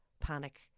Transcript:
panic